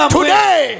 today